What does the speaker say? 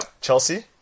Chelsea